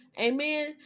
Amen